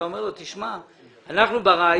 אתה אומר לו שאנחנו ברעיון